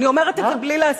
מה?